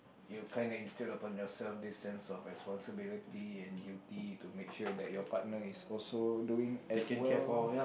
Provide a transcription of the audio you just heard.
you kind of instill upon yourself this sense of responsibility and duty to make sure that your partner is also doing as well